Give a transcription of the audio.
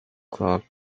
clock